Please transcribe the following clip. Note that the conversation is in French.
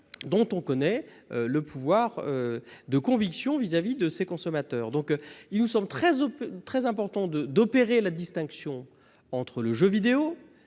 dont on connaît le pouvoir de conviction sur ces consommateurs. Il nous semble donc très important d'opérer une distinction entre le jeu vidéo